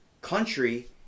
country